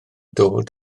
dod